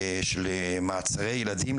של מעצרי ילדים,